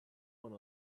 one